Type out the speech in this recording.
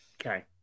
Okay